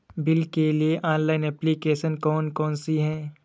Bill के लिए online application कौन कौन सी हैं?